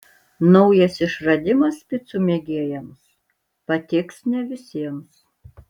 naujas išradimas picų mėgėjams patiks ne visiems